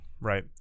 right